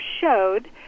showed